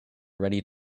ready